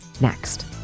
Next